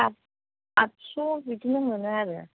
सात आतस' बिदिनो मोनो आरो